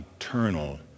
eternal